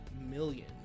million